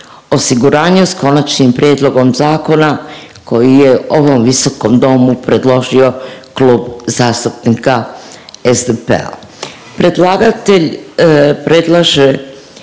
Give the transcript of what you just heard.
osiguranju sa konačnim prijedlogom zakona koji je ovom Visokom domu predložio Klub zastupnika SDP-a.